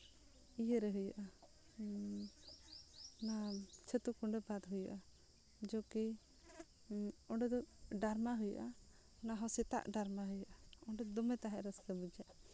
ᱤᱭᱟᱹᱨᱮ ᱦᱩᱭᱩᱜᱼᱟ ᱚᱱᱟ ᱪᱷᱟᱹᱛᱩ ᱠᱩᱲᱟᱹ ᱵᱟᱫᱽ ᱦᱩᱭᱩᱜᱼᱟ ᱠᱤᱭᱩ ᱠᱤ ᱚᱸᱰᱮ ᱫᱚ ᱰᱨᱟᱢᱟ ᱦᱩᱭᱩᱜᱼᱟ ᱚᱱᱟᱦᱚᱸ ᱥᱮᱛᱟᱜ ᱰᱨᱟᱢᱟ ᱦᱩᱭᱩᱜᱼᱟ ᱚᱸᱰᱮ ᱫᱚᱢᱮ ᱛᱟᱦᱮᱸ ᱨᱟᱹᱥᱠᱟᱹ ᱵᱩᱡᱷᱟᱹᱜᱼᱟ